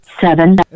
seven